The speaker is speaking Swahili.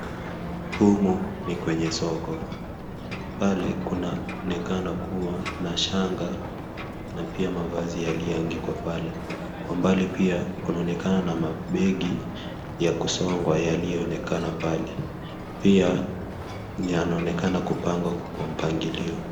Humu ni kwenye soko, pale kunaonekana kuwa na shanga na pia mavazi yaliyotandikwa pale kwa umbali pia kunaonekana na mabegi ya kusongwa yaliyoonekana pale pia kunaonekana kupangwa kwa mpangilio.